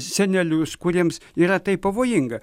senelius kuriems yra tai pavojinga